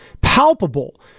palpable